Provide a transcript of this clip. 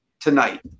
tonight